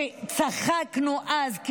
וצחקנו אז.